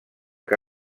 que